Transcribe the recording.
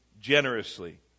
generously